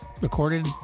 recorded